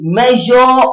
measure